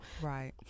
Right